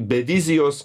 be vizijos